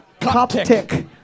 Coptic